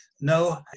No